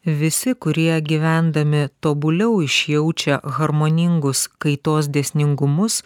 visi kurie gyvendami tobuliau išjaučia harmoningus kaitos dėsningumus